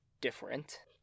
different